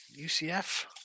UCF